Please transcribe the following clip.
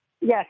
Yes